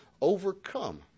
overcome